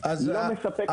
לא מספקת לנו.